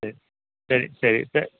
சே சரி சரி சரி